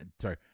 Sorry